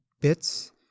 bits